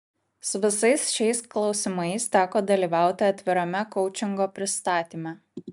su visais šiais klausimais teko dalyvauti atvirame koučingo pristatyme